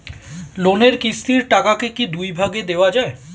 লোনের কিস্তির টাকাকে কি দুই ভাগে দেওয়া যায়?